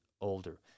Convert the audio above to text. older